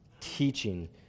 teaching